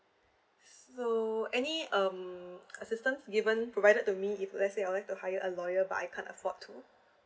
so any um assistant given provided to me if let's say I would like to hire a lawyer but I can't afford to